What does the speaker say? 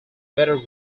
better